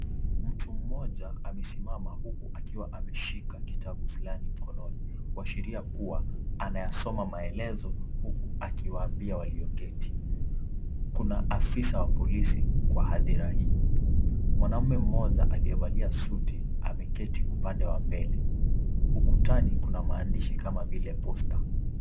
Mtu mmoja amesimama huku akiwa ameshika kitabu fulani mkononi kuashiria kuwa anayasoma maelezo huku akiwaambia walioketi, kuna afisa wa polisi kwa hadhira hii, mwanamume mmoja aliyevalia suti, ameketi upande wa mbele. Ukutani kuna maandishi kama vile posta.